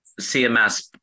CMS